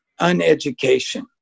uneducation